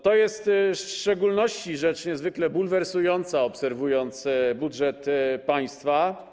To jest w szczególności rzecz niezwykle bulwersująca, gdy się obserwuje budżet państwa.